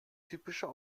typischer